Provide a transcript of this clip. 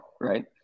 right